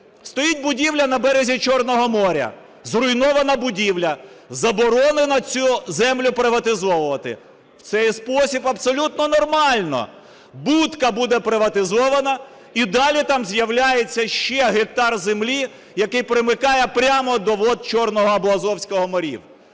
Стоїть будівля на березі Чорного моря, зруйнована будівля, заборонено цю землю приватизовувати. В цей спосіб абсолютно нормально будка буде приватизована і далі там з'являється ще гектар землі, який примикає прямо до вод Чорного або Азовського морів.